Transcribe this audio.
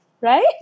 right